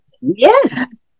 Yes